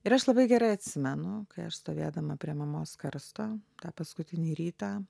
ir aš labai gerai atsimenu kai aš stovėdama prie mamos karsto tą paskutinį rytą